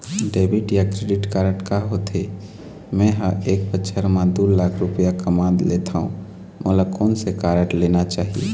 Debit या credit card का होथे, मे ह एक बछर म दो लाख रुपया कमा लेथव मोला कोन से कारड लेना चाही?